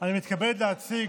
אני מתכבד להציג,